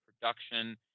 production